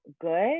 good